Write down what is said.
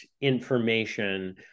information